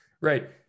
right